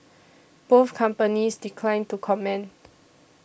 both companies declined to comment